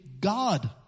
God